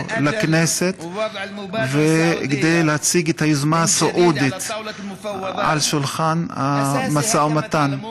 לכנסת כדי להציג את היוזמה הסעודית על שולחן המשא ומתן,